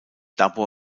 dabei